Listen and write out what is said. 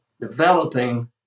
developing